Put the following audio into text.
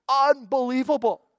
Unbelievable